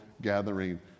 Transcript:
gathering